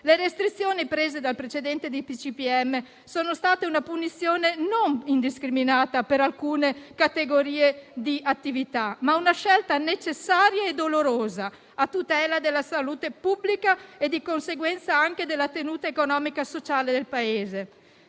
Le restrizioni prese con il precedente DPCM non sono state una punizione indiscriminata per alcune categorie di attività ma una scelta necessaria e dolorosa a tutela della salute pubblica e, di conseguenza, anche della tenuta economica e sociale del Paese.